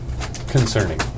concerning